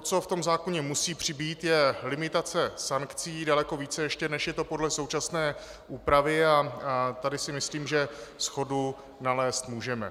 Co v zákoně musí přibýt, je limitace sankcí, daleko více ještě, než je to podle současné úpravy, a tady si myslím, že shodu nalézt můžeme.